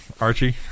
Archie